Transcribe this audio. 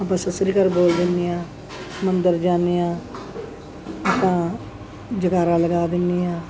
ਆਪਾਂ ਸਤਿ ਸ਼੍ਰੀ ਅਕਾਲ ਬੋਲ ਦਿੰਦੇ ਆ ਮੰਦਰ ਜਾਂਦੇ ਹਾਂ ਆਪਾਂ ਜੈਕਾਰਾ ਲਗਾ ਦਿੰਦੇ ਹਾਂ